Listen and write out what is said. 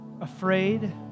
afraid